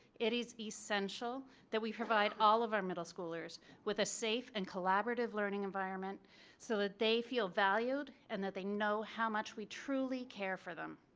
it is essential that we provide all of our middle schoolers with a safe and collaborative learning environment so that they feel valued and that they know how much we truly care for them.